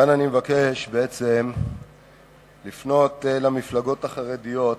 כאן אני מבקש בעצם לפנות אל המפלגות החרדיות